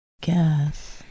guess